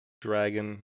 Dragon